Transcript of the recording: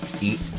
eat